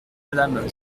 madame